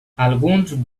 alguns